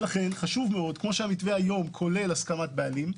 לכן חשוב מאוד, המתווה היום כולל הסכמת בעלים.